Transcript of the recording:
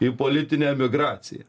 į politinę emigraciją